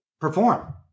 perform